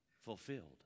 fulfilled